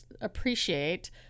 appreciate